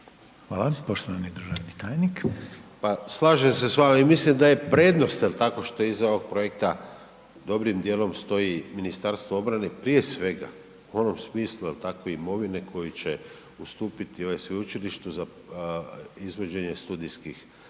**Ivić, Tomislav (HDZ)** Pa slažem se s vama i mislim da je prednost, jel tako, što iza ovog projekta dobrim djelom stoji Ministarstvo obrane, prije svega u onom smislu, jel tako, imovine koju će ustupiti ovom sveučilištu za izvođenje studijskih,